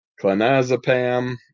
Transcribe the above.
clonazepam